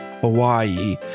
hawaii